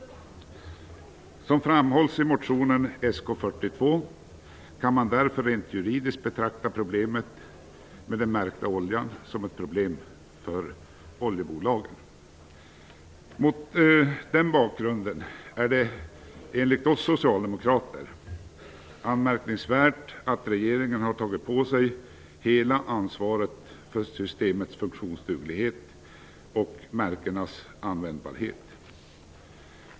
Som framhålles i motionen Sk42, kan man därför rent juridiskt betrakta problemet med den märkta oljan som ett problem för oljebolagen. Mot den bakgrunden är det enligt oss socialdemokrater anmärkningsvärt att regeringen har tagit på sig hela ansvaret för systemets funktionsduglighet och märkämnenas användbarhet.